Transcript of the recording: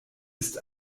ist